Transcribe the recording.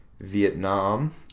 Vietnam